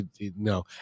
No